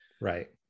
right